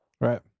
Right